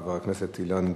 חבר הכנסת אילן גילאון.